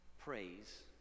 praise